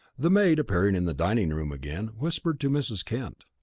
the maid, appearing in the dining-room again, whispered to mrs. kent.